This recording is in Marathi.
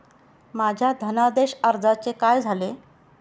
माझ्या धनादेश अर्जाचे काय झाले?